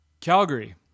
Calgary